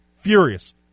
furious